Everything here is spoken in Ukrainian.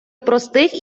простих